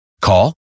Call